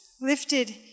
lifted